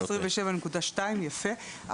27.2 יפה,